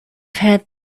had